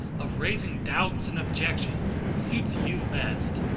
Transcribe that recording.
of raising doubts and objections, suits you best,